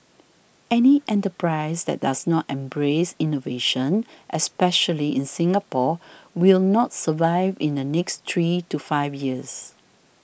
any enterprise that does not embrace innovation especially in Singapore will not survive in the next three to five years